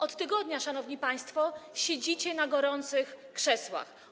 Od tygodnia, szanowni państwo, siedzicie na gorących krzesłach.